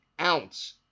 ounce